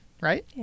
right